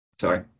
Sorry